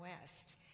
West